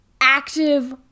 active